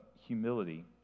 humility